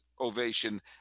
ovation